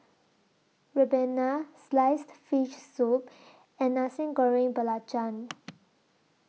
Ribena Sliced Fish Soup and Nasi Goreng Belacan